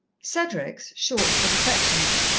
cedric's, short but affectionate,